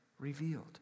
revealed